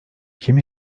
kim